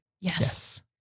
Yes